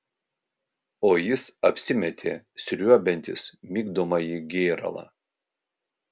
o jis apsimetė sriuobiantis migdomąjį gėralą